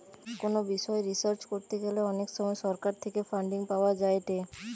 কোনো বিষয় রিসার্চ করতে গ্যালে অনেক সময় সরকার থেকে ফান্ডিং পাওয়া যায়েটে